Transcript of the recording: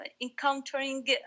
encountering